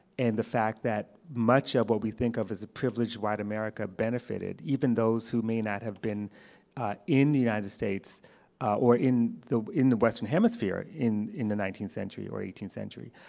and the fact that much of what we think of as a privileged white america benefited, even those who may not have been in the united states or in the in the western hemisphere in in the nineteenth century or eighteenth century.